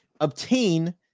obtain